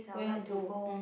where you want go um